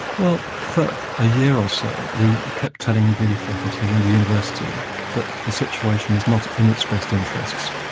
well for a year or so we kept telling the faculty and the university that the situation was not in its best interests,